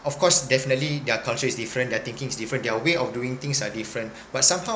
of course definitely their culture is different their thinking is different their way of doing things are different but somehow